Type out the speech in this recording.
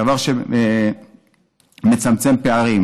דבר שמצמצם פערים,